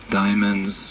diamonds